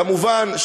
כמובן,